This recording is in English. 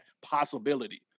possibility